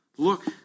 Look